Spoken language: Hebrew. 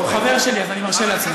הוא חבר שלי, אז אני מרשה לעצמי.